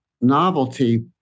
novelty